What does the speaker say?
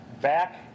back